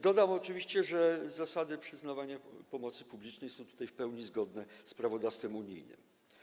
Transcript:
Dodam oczywiście, że zasady przyznawania pomocy publicznej są w pełni zgodne z prawodawstwem unijnym.